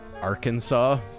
Arkansas